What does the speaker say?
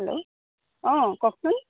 hello অঁ কওকচোন